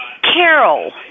Carol